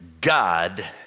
God